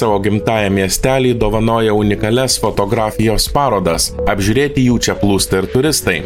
savo gimtajam miesteliui dovanojo unikalias fotografijos parodas apžiūrėti jų čia plūsta ir turistai